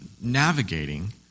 navigating